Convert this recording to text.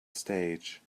stage